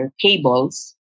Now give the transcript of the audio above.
cables